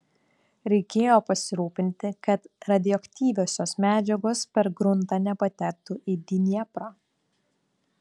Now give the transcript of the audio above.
reikėjo pasirūpinti kad radioaktyviosios medžiagos per gruntą nepatektų į dnieprą